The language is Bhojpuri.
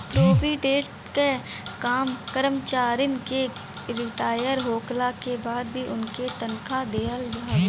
प्रोविडेट फंड कअ काम करमचारिन के रिटायर होखला के बाद भी उनके तनखा देहल हवे